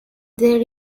there